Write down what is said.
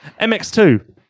MX2